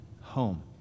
home